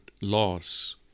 laws